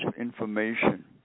information